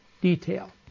detail